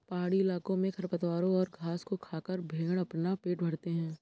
पहाड़ी इलाकों में खरपतवारों और घास को खाकर भेंड़ अपना पेट भरते हैं